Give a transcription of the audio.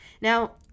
Now